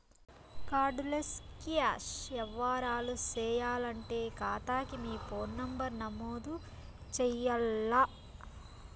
card less cash యవ్వారాలు సేయాలంటే కాతాకి మీ ఫోను నంబరు నమోదు చెయ్యాల్ల